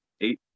eight